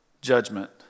judgment